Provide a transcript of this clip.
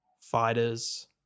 fighters